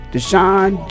Deshaun